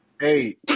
Hey